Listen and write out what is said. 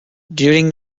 during